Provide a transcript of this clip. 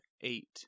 eight